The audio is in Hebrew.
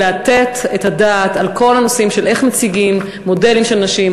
לבוא ולתת את הדעת על כל הנושאים של איך מציגים מודלים של נשים,